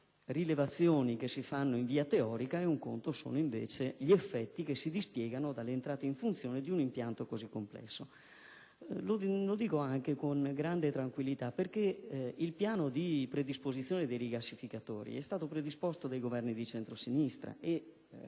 le rilevazioni che si fanno in via teorica e un conto sono, invece, gli effetti che si dispiegano a seguito dell'entrata in funzione di un impianto così complesso. Lo dico con grande tranquillità, anche perché il piano di predisposizione dei rigassificatori è stato approntato dai Governi di centrosinistra e